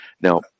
Now